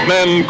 Men